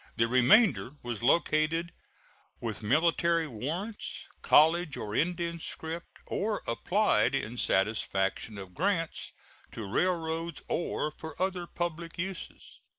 the remainder was located with military warrants, college or indian scrip, or applied in satisfaction of grants to railroads or for other public uses.